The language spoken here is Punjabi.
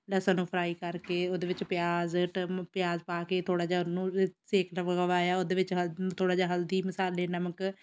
ਲਸਣ ਨੂੰ ਫਰਾਈ ਕਰਕੇ ਉਹਦੇ ਵਿੱਚ ਪਿਆਜ਼ ਟਮ ਪਿਆਜ਼ ਪਾ ਕੇ ਥੋੜ੍ਹਾ ਜਿਹਾ ਉਹਨੂੰ ਰ ਸੇਕ ਲਗਵਾਇਆ ਉਹਦੇ ਵਿੱਚ ਹਲ ਥੋੜ੍ਹਾ ਜਿਹਾ ਹਲਦੀ ਮਸਾਲੇ ਨਮਕ